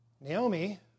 Naomi